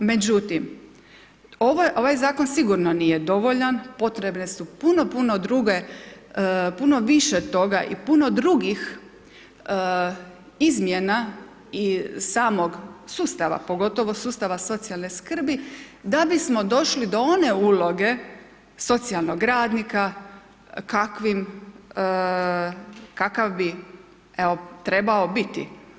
Međutim, ovaj zakon sigurno nije dovoljan, potrebne su puno, puno druge, puno više toga i puno drugih izmjena i samog sustava, pogotovo sustava socijalne skrbi, da bismo došli do one uloge socijalnog radnika, kakav bi trebao biti.